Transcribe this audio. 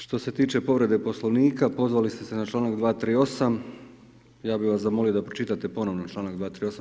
Što se tiče povrede Poslovnika pozvali ste se na članak 238. ja bih vas zamolio da pročitate ponovno članak 238.